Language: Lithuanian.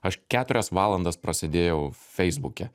aš keturias valandas prasėdėjau feisbuke